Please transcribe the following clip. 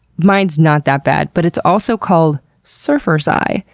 mine's not that bad, but it's also called surfer's eye,